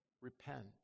repent